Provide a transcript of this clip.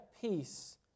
peace